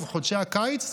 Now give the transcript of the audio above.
ובחודשי הקיץ,